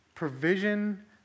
provision